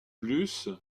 plus